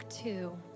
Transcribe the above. Two